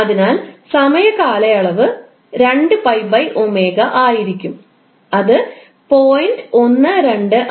അതിനാൽ സമയ കാലയളവ് 2π 𝜔 ആയിരിക്കും അത് 0